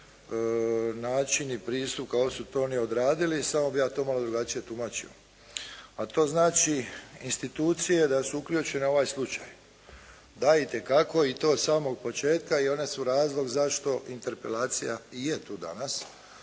način i pristup kako su to oni odradili, samo bih ja to malo drugačije tumačio. A to znači da institucije da se uključe na ovaj slučaj. Da itekako i od samog početka i one su razlog zašto interpelacija i je tu danas,